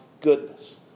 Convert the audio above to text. goodness